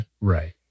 Right